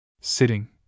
Sitting